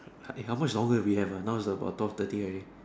I mean how much longer do we have ah now is about twelve thirty already